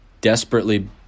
desperately